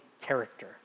character